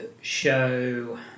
show